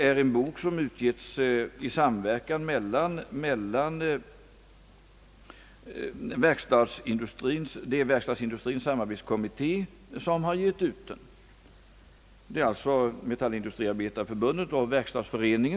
Den har utgivits av Verkstadsindustrins samarbetskommitté, d. v. s. av Svenska metallindustriarbetareförbundet och Sveriges verkstadsförening.